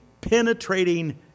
penetrating